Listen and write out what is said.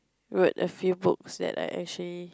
wrote a few books that I actually